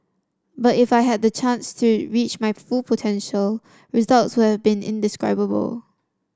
but if I had the chance to reach my full potential results would have been indescribable